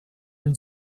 and